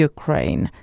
Ukraine